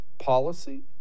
Policy